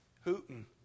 hooting